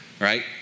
right